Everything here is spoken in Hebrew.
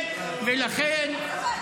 מה הוא מדבר, הבן אדם הזה.